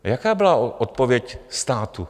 A jaká byla odpověď státu?